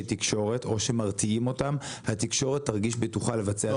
תקשורת או שמרתיעים אותם התקשורת תרגיש בטוחה לבצע את תפקידה.